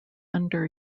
under